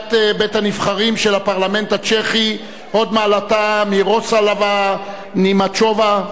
נשיאת בית-הנבחרים של הפרלמנט הצ'כי הוד מעלתה מירוסלאבה נימצ'ובה,